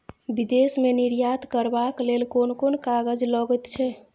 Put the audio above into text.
विदेश मे निर्यात करबाक लेल कोन कोन कागज लगैत छै